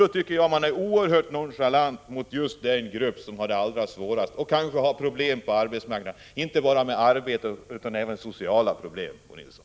Därför tycker jag att man är oerhört nonchalant mot just den grupp som har det allra svårast och som kanske har problem ute på arbetsmarknaden, inte bara när det gäller själva arbetet utan också när det gäller sociala frågor, Bo Nilsson!